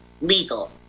legal